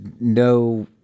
no